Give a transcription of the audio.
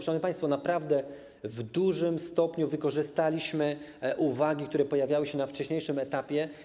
Szanowni państwo, naprawdę w dużym stopniu wykorzystaliśmy uwagi, które pojawiały się na wcześniejszym etapie.